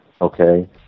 Okay